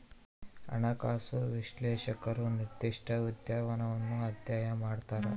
ಹಣಕಾಸು ವಿಶ್ಲೇಷಕರು ನಿರ್ದಿಷ್ಟ ಉದ್ಯಮವನ್ನು ಅಧ್ಯಯನ ಮಾಡ್ತರ